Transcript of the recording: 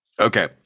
Okay